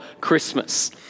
Christmas